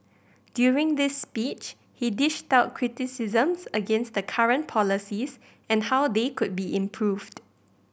during this speech he dished out criticisms against the current policies and how they could be improved